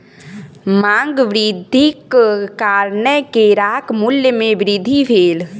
मांग वृद्धिक कारणेँ केराक मूल्य में वृद्धि भेल